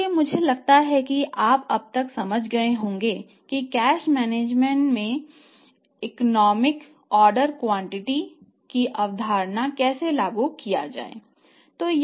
इसलिए मुझे लगता है कि आप अब तक समझ गए होंगे कि कैश मैनेजमेंट की अवधारणा को कैसे लागू किया जाए